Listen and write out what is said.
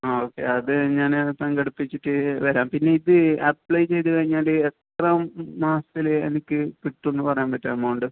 ആ ഓക്കെ അത് ഞാൻ സംഘടിപ്പിച്ചിട്ട് വരാം പിന്നെ ഇത് അപ്ലൈ ചെയ്ത് കഴിഞ്ഞാൽ എത്രാം മാസത്തിൽ എനിക്ക് കിട്ടുമെന്ന് പറയാൻ പറ്റുമോ എമൗണ്ട്